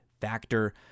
factor